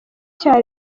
cya